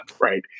right